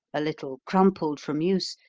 a little crumpled from use,